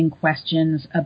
questions